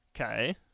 okay